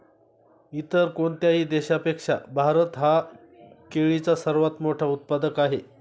इतर कोणत्याही देशापेक्षा भारत हा केळीचा सर्वात मोठा उत्पादक आहे